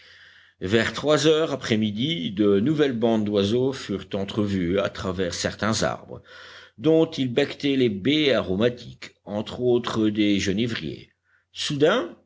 vers trois heures après midi de nouvelles bandes d'oiseaux furent entrevues à travers certains arbres dont ils becquetaient les baies aromatiques entre autres des genévriers soudain